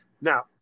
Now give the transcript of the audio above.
Now